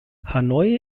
hanoi